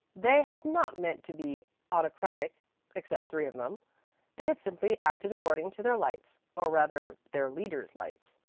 they had not meant to be autocratic except three of them they had simply acted according to their lights, or rather, their leaders' lights.